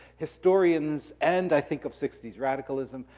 historians, and i think of sixty s radicalism.